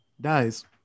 dies